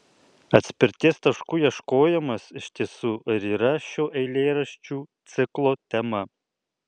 atspirties taškų ieškojimas iš tiesų ir yra šio eilėraščių ciklo tema